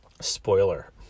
spoiler